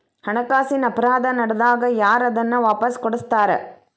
ಹಣಕಾಸಿನ್ ಅಪರಾಧಾ ನಡ್ದಾಗ ಯಾರ್ ಅದನ್ನ ವಾಪಸ್ ಕೊಡಸ್ತಾರ?